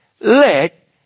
Let